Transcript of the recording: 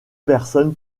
personne